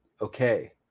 okay